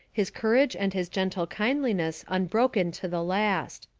his courage and his gentle kindliness unbroken to the last.